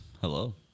Hello